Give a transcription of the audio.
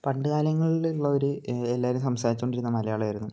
പണ്ട് കാലങ്ങളിൽ ഉള്ളവർ എല്ലാവരും സംസാരിച്ചോണ്ടിരുന്ന മലയാളം ആയിരുന്നു